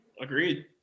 Agreed